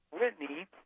Whitney